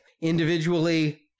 Individually